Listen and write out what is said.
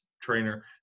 trainer